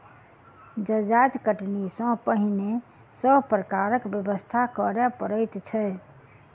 जजाति कटनी सॅ पहिने सभ प्रकारक व्यवस्था करय पड़ैत छै